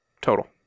total